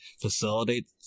facilitate